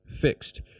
fixed